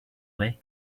way